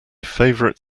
favorite